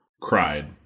cried